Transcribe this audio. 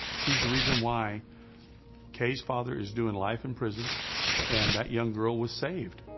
she's the reason why kay's father is doing life in prison and that young girl was saved.